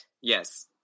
Yes